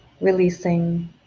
releasing